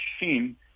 machine